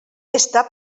està